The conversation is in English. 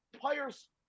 players